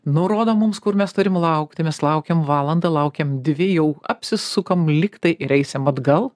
nurodo mums kur mes turim laukti mes laukiam valandą laukiam dvi jau apsisukam lyg tai ir eisim atgal